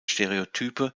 stereotype